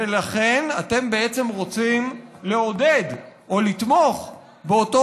ולכן אתם בעצם רוצים לעודד או לתמוך באותו